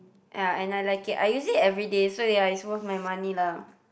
ya and I like it I use it everyday so ya is worth my money lah